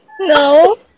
No